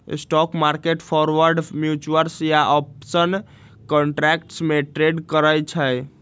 stock market forward, futures या option contracts में trade करई छई